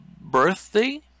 birthday